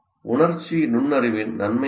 உணர்ச்சி நுண்ணறிவின் நன்மைகள் என்ன